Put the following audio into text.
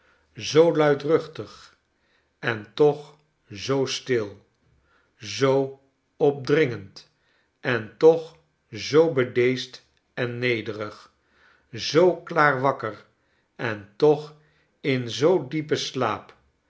zoo luidruchtig en toch zoo stil zoo opdringend en toch zoo bedeesd en nederig zoo klaar wakker en toch in zoo diepen slaap